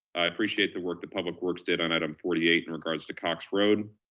i appreciate the work that public works did on item forty eight in regards to cox road,